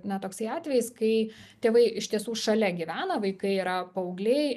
na toksai atvejis kai tėvai iš tiesų šalia gyvena vaikai yra paaugliai